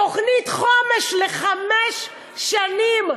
תוכנית חומש לחמש שנים.